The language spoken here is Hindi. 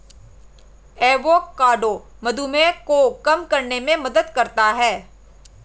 एवोकाडो मधुमेह को कम करने में मदद करता है